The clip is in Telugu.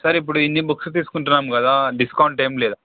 సార్ ఇప్పుడు ఇన్ని బుక్స్ తీసుకుంటున్నాం కదా డిస్కౌంట్ ఏం లేదా